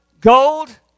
gold